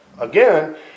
again